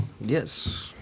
Yes